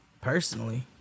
personally